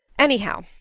anyhow,